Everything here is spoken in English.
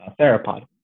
theropod